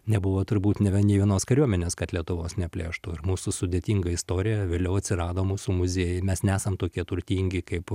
nebuvo turbūt nėra nė nė vienos kariuomenės kad lietuvos neplėštų ir mūsų sudėtinga istoriją vėliau atsirado mūsų muziejuj mes nesam tokie turtingi kaip